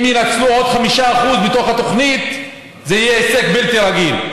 אם ינצלו עוד 5% מתוך התוכנית זה יהיה הישג בלתי רגיל.